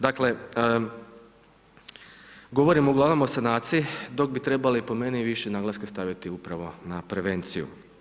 Dakle, govorimo ugl. o sanaciji, dok bi trebali po meni, više naglaska staviti upravo na prevenciju.